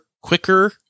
quicker